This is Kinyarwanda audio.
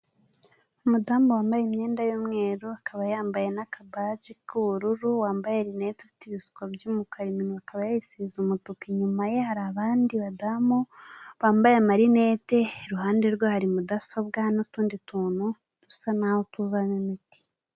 Umudamu wambaye imyenda y'umweru, akaba yambaye n'akabage k'ubururu, wambaye rinete ufite ibisuko by'umukara, imwanwa akaba yasize umutuku, inyuma ye hari abandi badamu bambaye amarinete, iruhande rwe hari mudasobwa n'utundi tuntu dusa naho tuvamo imiti.